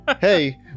Hey